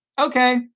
Okay